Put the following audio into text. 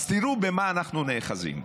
אז תראו במה אנחנו נאחזים.